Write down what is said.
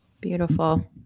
Beautiful